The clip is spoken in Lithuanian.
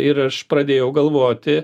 ir aš pradėjau galvoti